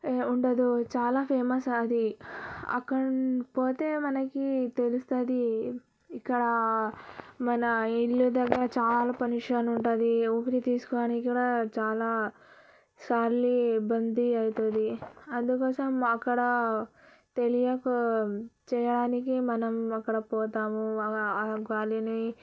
ఇగ ఉండదు చాలా ఫేమస్ అది అక్కడి పోతే మనకి తెలుస్తుంది ఇక్కడ మన ఇల్లు దగ్గర చాలా పొల్యూషన్ ఉంటుంది ఊపిరి తీసుకోవడానికి కూడా చాలా సార్లు ఇబ్బంది అవుతుంది అందుకోసం అక్కడ తెలియక చేయడానికి మనం అక్కడ పోతాము ఆ గాలిని